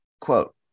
quote